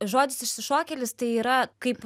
žodis išsišokėlis tai yra kaip